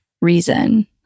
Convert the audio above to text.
reason